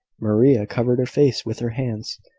maria covered her face with her hands,